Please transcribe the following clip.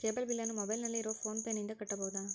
Cable ಬಿಲ್ಲನ್ನು ಮೊಬೈಲಿನಲ್ಲಿ ಇರುವ ಫೋನ್ ಪೇನಿಂದ ಕಟ್ಟಬಹುದಾ?